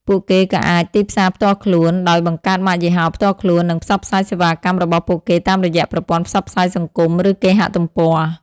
ពួកគេក៏អាច ទីផ្សារផ្ទាល់ខ្លួន ដោយបង្កើតម៉ាកយីហោផ្ទាល់ខ្លួន និងផ្សព្វផ្សាយសេវាកម្មរបស់ពួកគេតាមរយៈប្រព័ន្ធផ្សព្វផ្សាយសង្គម ឬគេហទំព័រ។